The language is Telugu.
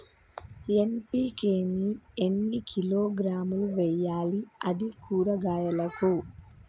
ఎన్.పి.కే ని ఎన్ని కిలోగ్రాములు వెయ్యాలి? అది కూరగాయలకు?